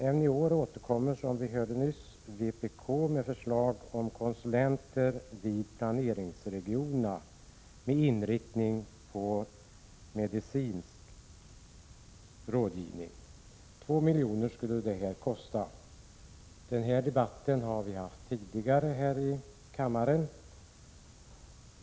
Även i år återkommer, som vi hörde nyss, vpk med förslag om konsulenter vid planeringsregionerna med inriktning på medicinsk rådgivning. 2 milj.kr. skulle detta kosta. Den debatten har vi fört tidigare här i kammaren.